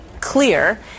clear